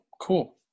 cool